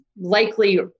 Likely